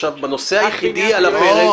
הנושא היחידי כרגע בוועדה על הפרק --- אבל